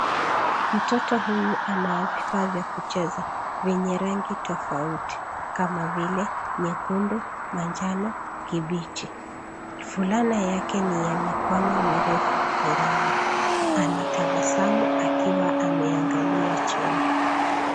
Mtoto huyu ana vifaa vya kucheza, vyenye rangi tofauti kama vile nyekundu, manjano, kibichi. Fulana yake ni ya mikono mirefu miraba. Anatabasamu akiwa ameangalia chini.